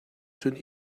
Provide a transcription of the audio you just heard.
cun